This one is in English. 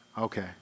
Okay